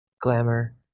glamour